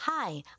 Hi